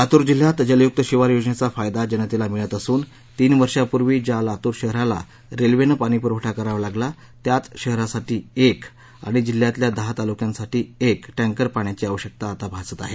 लातूर जिल्ह्यात जलयूक्त शिवार योजनेचा फायदा जनतेला मिळत असून तीन वर्षांपूर्वी ज्या लातूर शहराला रेल्वेनं पाणीपुरवठा करावा लागला त्याच शहरासाठी एक आणि जिल्ह्यातल्या दहा तालुक्यांसाठी एक टँकर पाण्याची आवश्यकता आता भासत आहे